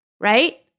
Right